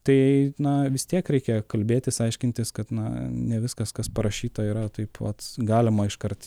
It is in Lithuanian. tai na vis tiek reikia kalbėtis aiškintis kad na ne viskas kas parašyta yra taip vat galima iškart